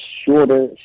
Shorter